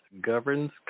governs